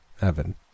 Evan